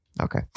Okay